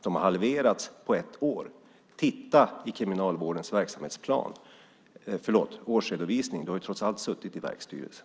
De har halverats på ett år. Titta i Kriminalvårdens årsredovisning! Du har ju trots allt suttit i verksstyrelsen.